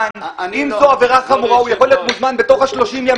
כי אלה הקנסות שאנחנו מטילים עליו.